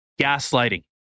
gaslighting